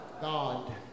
God